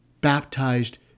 Baptized